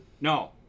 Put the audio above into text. No